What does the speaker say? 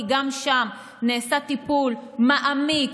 כי גם שם נעשה טיפול מעמיק,